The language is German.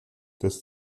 des